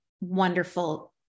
wonderful